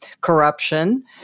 corruption